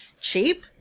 cheap